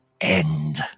end